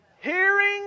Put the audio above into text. Hearing